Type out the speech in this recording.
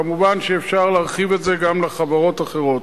כמובן, אפשר להרחיב את זה גם לחברות אחרות.